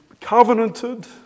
covenanted